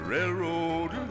Railroad